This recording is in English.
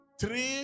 three